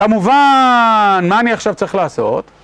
כמובן, מה אני עכשיו צריך לעשות?